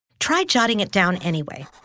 try jotting it down, anyway.